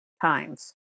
times